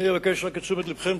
אבקש את תשומת לבכם.